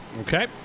Okay